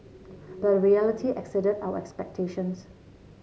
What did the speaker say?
but the reality exceeded our expectations